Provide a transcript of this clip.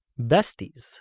besties